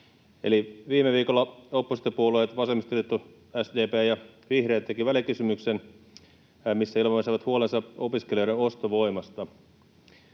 viime viikolla oppositiopuolueet vasemmistoliitto, SDP ja vihreät tekivät välikysymyksen, missä ilmaisivat huolensa opiskelijoiden ostovoimasta.